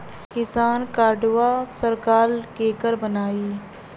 किसान कार्डवा सरकार केकर बनाई?